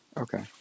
Okay